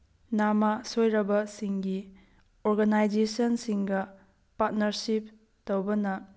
ꯅꯥꯝꯃ ꯁꯣꯏꯔꯕ ꯁꯤꯡꯒꯤ ꯑꯣꯔꯒꯅꯥꯏꯖꯦꯁꯟꯁꯤꯡꯒ ꯄꯥꯔꯠꯅꯔꯁꯤꯞ ꯇꯧꯕꯅ